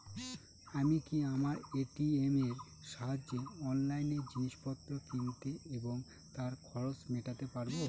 আমি কি আমার এ.টি.এম এর সাহায্যে অনলাইন জিনিসপত্র কিনতে এবং তার খরচ মেটাতে পারব?